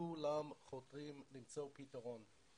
כולם חותרים למצוא פתרון.